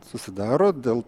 susidaro dėl